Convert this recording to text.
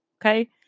Okay